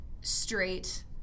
straight